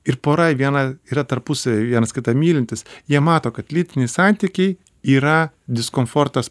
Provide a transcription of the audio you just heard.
ir pora viena yra tarpusavyje vienas kitą mylintys jie mato kad lytiniai santykiai yra diskomfortas